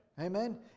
Amen